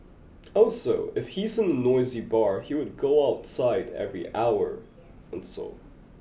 also if he is in a noisy bar he would go outside every hour or so